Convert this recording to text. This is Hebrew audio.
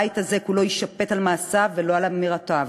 הבית הזה כולו יישפט על מעשיו, ולא על אמירותיו,